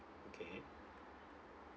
okay